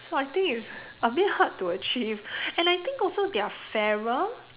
so I think it's a bit hard to achieve and I think also they are fairer